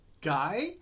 guy